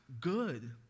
good